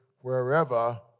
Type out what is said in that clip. wherever